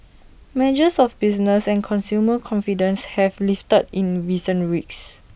measures of business and consumer confidence have lifted in recent weeks